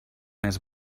més